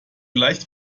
leicht